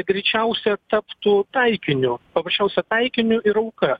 greičiausia taptų taikiniu paprasčiausia taikiniu ir auka